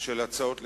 של הצעות לסדר-היום,